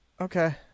Okay